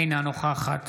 אינה נוכחת